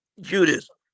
Judaism